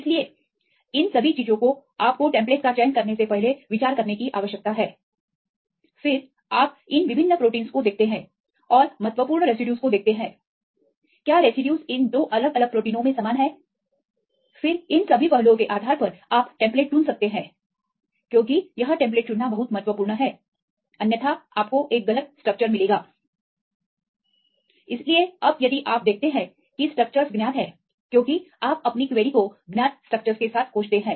इसलिए इन सभी चीजों को आपको टेम्पलेट का चयन करने से पहले विचार करने की आवश्यकता है फिर दूसरा वाला आप इन विभिन्न प्रोटीनों को देखते हैं और महत्वपूर्ण रेसिड्यूज को देखते हैं क्या रेसिड्यूज इन 2 अलग अलग प्रोटीनों में समान हैं फिर इन सभी पहलुओं के आधार पर आप टेम्पलेट चुन सकते हैं क्योंकि यह टेम्पलेट चुनना बहुत महत्वपूर्ण है अन्यथा आपको एक गलत स्ट्रक्चर मिलेगा इसलिए अब यदि आप देखते हैं कि स्ट्रक्चरस ज्ञात हैं क्योंकि आप अपनी क्वेरी को ज्ञात स्ट्रक्चरस के साथ खोजते हैं